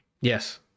Yes